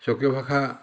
স্বকীয় ভাষা